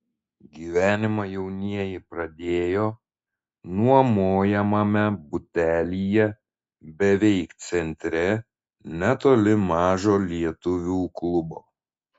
gyvenimą jaunieji pradėjo nuomojamame butelyje beveik centre netoli mažo lietuvių klubo